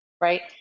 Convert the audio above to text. Right